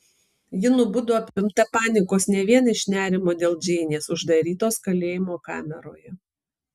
ji nubudo apimta panikos ne vien iš nerimo dėl džeinės uždarytos kalėjimo kameroje